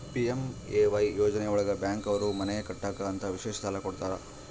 PMAY ಯೋಜನೆ ಒಳಗ bank ಅವ್ರು ಮನೆ ಕಟ್ಟಕ್ ಅಂತ ವಿಶೇಷ ಸಾಲ ಕೂಡ ಕೊಡ್ತಾರ